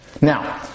Now